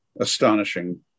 astonishing